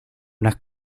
unas